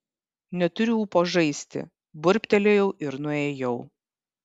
neturiu ūpo žaisti burbtelėjau ir nuėjau